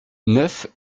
neuf